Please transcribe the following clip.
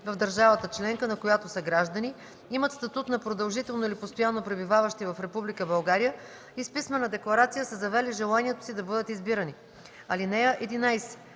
в държавата членка, на която са граждани, имат статут на продължително или постоянно пребиваващи в Република България и с писмена декларация са заявили желанието си да бъдат избирани.